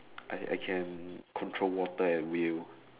I I can control water at will